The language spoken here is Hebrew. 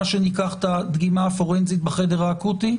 שניקח את הדגימה הפורנזית בחדר האקוטי?